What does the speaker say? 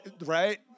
Right